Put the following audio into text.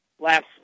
last